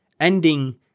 Ending